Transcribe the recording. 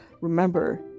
remember